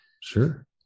Sure